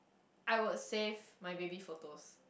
I would save my baby photos